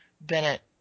Bennett